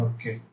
Okay